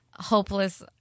Hopeless